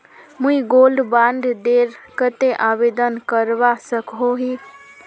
मुई gold bond डेर केते आवेदन करवा सकोहो ही?